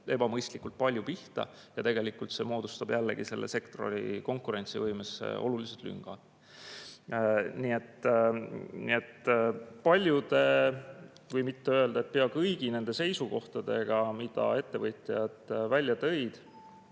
ebamõistlikult palju pihta. See [tekitab] jällegi selle sektori konkurentsivõimesse olulise lünga. Nii et paljude, kui mitte öelda, et pea kõigi nende seisukohtadega, mida ettevõtjad välja tõid,